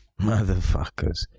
Motherfuckers